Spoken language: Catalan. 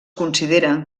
consideren